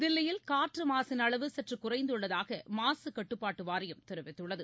தில்லியில் காற்று மாசின் அளவு சற்று குறைந்துள்ளதாக மாசு கட்டுப்பாட்டு வாரியம் தெரிவித்துள்ளது